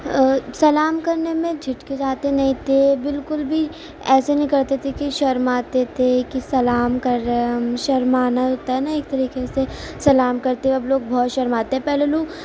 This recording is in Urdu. سلام کرنے میں جھٹکچاتے نہیں تھے بالکل بھی ایسے نہیں کرتے تھے کہ شرماتے تھے کہ سلام کر رہے ہیں ہم شرمانا ہوتا ہے نا ایک طریقے سے سلام کرتے وقت اب لوگ بہت شرماتے ہیں پہلے لوگ